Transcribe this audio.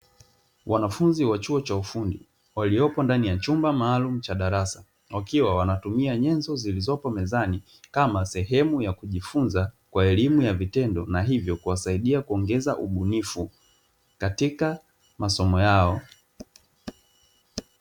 Wanafunzi wa chuo cha ufundi waliopo ndani ya chumba maalum cha darasa, wakiwa wanatumia nyenzo zilizopo mezani. kama sehemu ya kujifunza kwa elimu ya vitendo, na ivyo kuongeza ubunifu katika masomo yao.